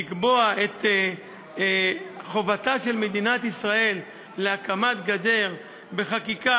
לקבוע את חובתה של מדינת ישראל להקמת גדר בחקיקה,